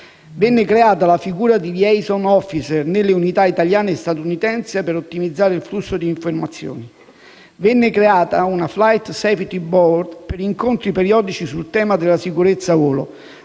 venne creata la figura dei *liaison officer* nelle unità italiane e statunitensi per ottimizzare il flusso di informazioni; venne creata una *flight safety board* per incontri periodici sul tema della sicurezza volo